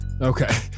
Okay